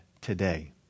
today